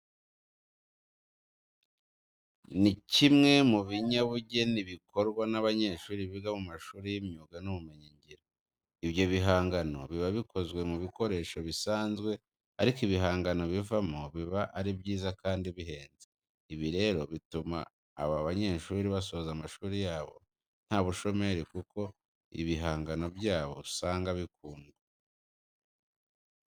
Ni kimwe mu binyabugeni bikorwa n'abanyeshuri biga mu mashuri y'imyuga n'ubumenyingiro. Ibyo bihangano biba bikozwe mu bikoresho bisanzwe ariko ibihangano bivamo biba ari byiza kandi bihenze. Ibi rero bituma aba banyeshuri basoza amashuri yabo nta bushomeri kuko ibihangano byabo usanga bikundwa.